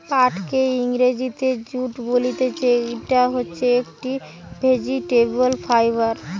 পাটকে ইংরেজিতে জুট বলতিছে, ইটা হচ্ছে একটি ভেজিটেবল ফাইবার